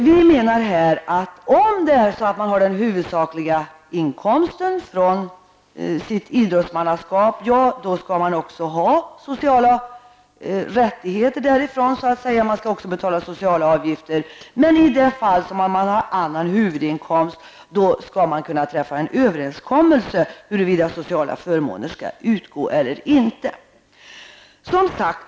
Vi menar att om man har sin huvudsakliga inkomst från sitt idrottsmannaskap skall man också ha sociala rättigheter därifrån och man skall betala sociala avgifter. Men i de fall man har annan huvudinkomst skall man kunna träffa en överenskommelse om huruvida sociala förmåner skall utgå eller inte.